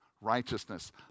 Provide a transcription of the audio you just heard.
righteousness